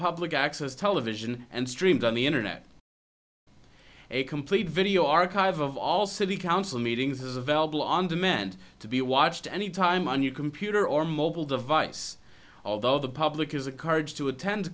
public access television and streamed on the internet a complete video archive of all city council meetings is available on demand to be watched any time on your computer or mobile device although the public has a courage to attend